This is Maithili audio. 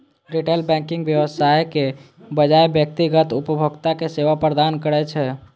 रिटेल बैंकिंग व्यवसायक बजाय व्यक्तिगत उपभोक्ता कें सेवा प्रदान करै छै